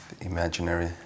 imaginary